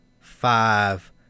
five